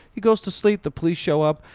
he goes to sleep, the police show up,